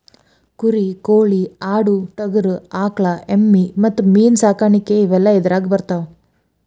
ಕುರಿ ಕೋಳಿ ಆಡು ಟಗರು ಆಕಳ ಎಮ್ಮಿ ಮತ್ತ ಮೇನ ಸಾಕಾಣಿಕೆ ಇವೆಲ್ಲ ಇದರಾಗ ಬರತಾವ